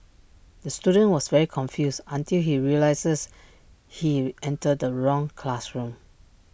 the student was very confused until he realised he entered the wrong classroom